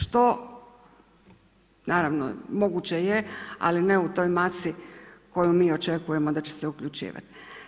Što, naravno moguće je, ali ne u toj masi koju mi očekujemo da će se uključivati.